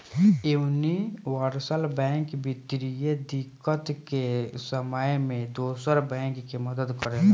universal bank वित्तीय दिक्कत के समय में दोसर बैंक के मदद करेला